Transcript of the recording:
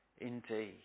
indeed